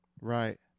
Right